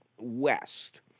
west